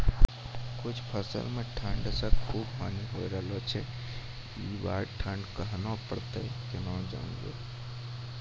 कुछ फसल मे ठंड से खूब हानि होय छैय ई बार ठंडा कहना परतै केना जानये?